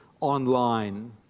online